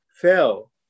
fell